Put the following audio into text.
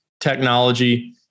technology